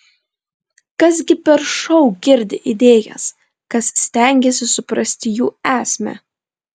kas gi per šou girdi idėjas kas stengiasi suprasti jų esmę